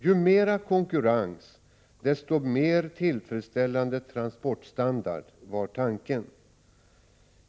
Ju mer konkurrens, desto mer tillfredsställande transportstandard — det var tanken.